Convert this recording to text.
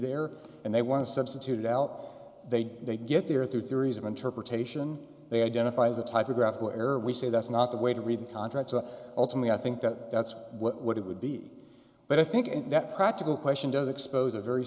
there and they want to substitute it out they they get there through theories of interpretation they identify as a typographical error we say that's not the way to read the contract to ultimately i think that that's what it would be but i think that practical question does expose a very